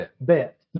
Bet